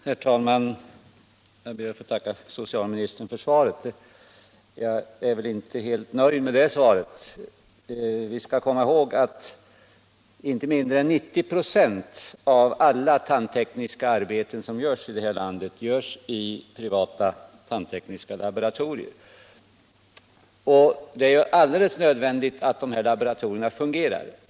Herr talman! Jag ber att få tacka socialministern för svaret, även om jag inte är helt nöjd med det. Vi skall komma ihåg att inte mindre än 90 926 av alla tandtekniska arbeten här i landet görs i privata tandtekniska laboratorier.